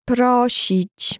Prosić